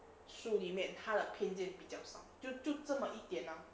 书里面他的偏见比较少就这么一点 lor